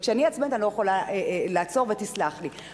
וכשאני עצבנית אני לא יכולה לעצור, ותסלח לי.